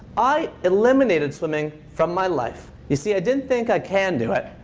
i eliminated swimming from my life. you see, i didn't think i can do it.